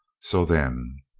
so then.